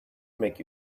make